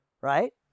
right